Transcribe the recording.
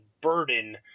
burden